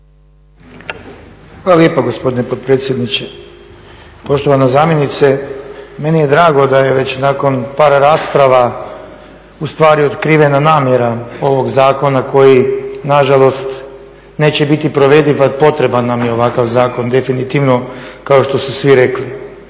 Hvala lijepa gospodine potpredsjedniče. Poštovana zamjenice, meni je drago da je već nakon par rasprava ustvari otkrivena namjera ovog zakona koji nažalost neće biti provediv, ali potreban nam je ovakav zakon definitivno kao što su svi rekli.